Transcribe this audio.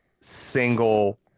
single